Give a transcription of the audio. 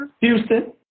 Houston